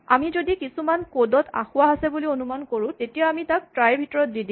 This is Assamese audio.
আমি যদি কিছুমান কড ত আসোঁৱাহ আছে বুলি অনুমান কৰোঁ তেতিয়া আমি তাক ট্ৰাই ৰ ভিতৰত দি দিম